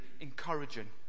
encouraging